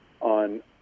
on